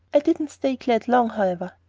i didn't stay glad long, however.